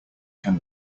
can